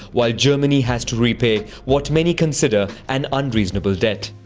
while germany has to repay what many consider an unreasonable debt.